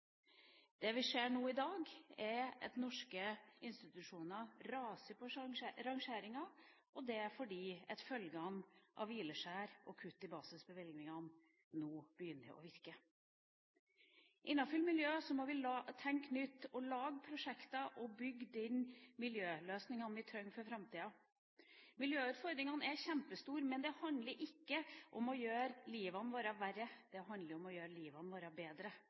Det vi ser nå i dag, er at norske institusjoner raser nedover på rangeringa, og det er fordi at følgene av hvileskjær og kutt i basisbevilgningene nå begynner å virke. Innenfor miljøet må vi tenke nytt, lage prosjekter og bygge de miljøløsningene vi trenger for framtida. Miljøutfordringene er kjempestore, men det handler ikke om å gjøre livene våre verre, det handler om å gjøre livene våre bedre.